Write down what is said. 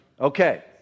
Okay